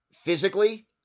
physically